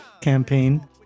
campaign